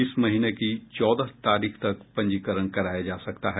इस महीने की चौदह तारीख तक पंजीकरण कराया जा सकता है